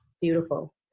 Beautiful